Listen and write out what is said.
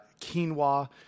quinoa